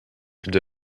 could